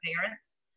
parents